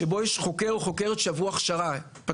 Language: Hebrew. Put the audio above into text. שבו יש חוקרת או חוקרת שעברו הכשרה מתאימה.